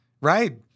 right